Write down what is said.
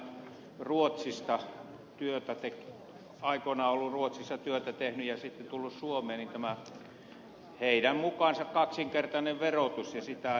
lauri oinonen otti aikoinaan ruotsissa työtä tehneiden ja sitten suomeen tulleiden kaksinkertaisen verotuksen